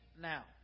now